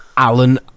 Alan